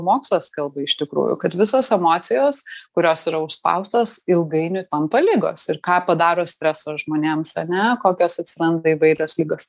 mokslas kalba iš tikrųjų kad visos emocijos kurios yra užspaustos ilgainiui tampa ligos ir ką padaro stresas žmonėms ane kokios atsiranda įvairios ligos